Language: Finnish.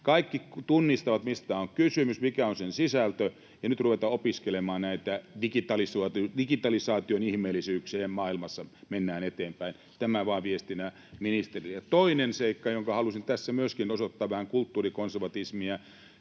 Kaikki tunnistavat, mistä on kysymys ja mikä on sen sisältö, ja nyt ruvetaan opiskelemaan näitä digitalisaation ihmeellisyyksiä ja maailmassa mennään eteenpäin. Tämä vain viestinä ministerille. Toinen seikka, jonka halusin tässä ottaa esille — myöskin osoittaa vähän kulttuurikonservatismia